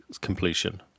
completion